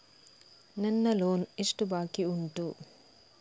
ನನ್ನ ಲೋನ್ ಎಷ್ಟು ಬಾಕಿ ಉಂಟು?